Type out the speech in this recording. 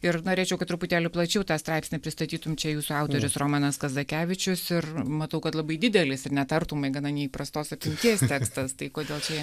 ir norėčiau kad truputėlį plačiau tą straipsnį pristatytum čia jūsų autorius romanas kazakevičius ir matau kad labai didelis ir net artumai gana neįprastos apimties tekstas tai kodėl čia